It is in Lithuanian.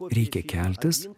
reikia keltis